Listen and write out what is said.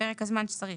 בפרק הזמן שצריך?